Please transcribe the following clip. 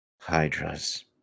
Hydras